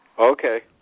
Okay